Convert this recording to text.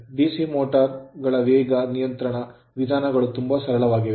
DC motor motor ಗಳ ವೇಗ ನಿಯಂತ್ರಣ ವಿಧಾನಗಳು ತುಂಬಾ ಸರಳವಾಗಿವೆ